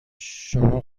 شما